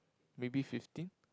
maybe fifteen